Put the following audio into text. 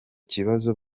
kibazo